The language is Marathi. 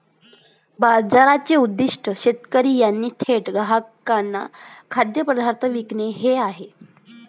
बाजाराचे उद्दीष्ट शेतकरी यांनी थेट ग्राहकांना खाद्यपदार्थ विकणे हे आहे